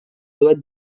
doit